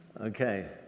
okay